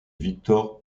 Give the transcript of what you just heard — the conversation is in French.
victor